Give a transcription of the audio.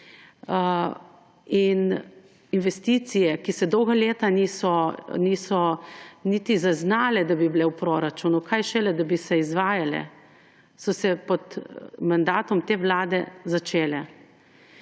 in investicije, ki se dolga leta niso niti zaznale, da bi bile v proračunu, kaj šele, da bi se izvajale, so se pod mandatom te vlade začele.